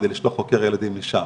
כדי לשלוח חוקר ילדים לשם,